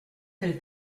del